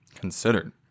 considered